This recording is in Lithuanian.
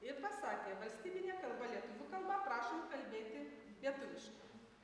ir pasakė valstybinė kalba lietuvių kalba prašom kalbėti lietuviškai